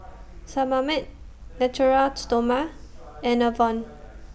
Sebamed Natura Stoma and Enervon